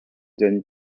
then